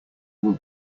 will